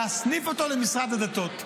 ולהסניף אותו למשרד הדתות.